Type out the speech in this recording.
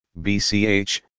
BCH